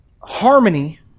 harmony